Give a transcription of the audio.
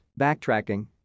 backtracking